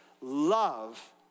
love